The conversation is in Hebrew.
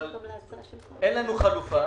אבל אין לנו חלופה.